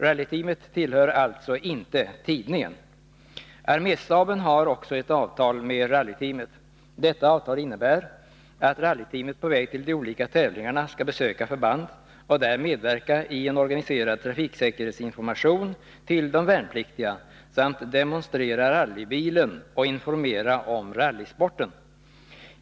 Rallyteamet tillhör alltså inte tidningen. Arméstaben har också ett avtal med rallyteamet. Detta avtal innebär att rallyteamet på väg till de olika tävlingarna skall besöka förband och där medverka i en organiserad trafiksäkerhetsinformation till de värnpliktiga samt demonstrera rallybilen och informera om rallysporten.